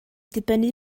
dibynnu